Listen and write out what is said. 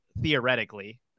theoretically